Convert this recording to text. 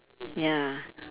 ya